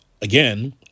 again